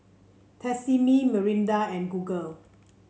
Tresemme Mirinda and Google